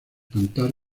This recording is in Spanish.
cantar